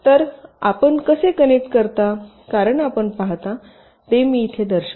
तर आपण कसे कनेक्ट करता कारण आपण पाहता मी ते येथे दर्शवितो